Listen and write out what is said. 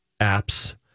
apps